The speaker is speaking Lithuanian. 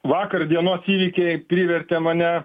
vakar dienos įvykiai privertė mane